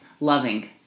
loving